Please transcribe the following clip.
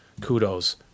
kudos